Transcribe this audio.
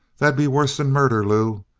that'd be worse'n murder, lew.